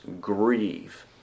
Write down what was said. grieve